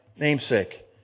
namesake